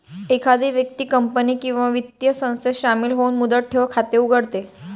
एखादी व्यक्ती कंपनी किंवा वित्तीय संस्थेत शामिल होऊन मुदत ठेव खाते उघडते